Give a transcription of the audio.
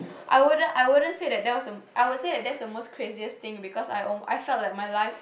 I wouldn't I wouldn't say that was the I would say that that's the most craziest thing because I felt like my life